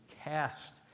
cast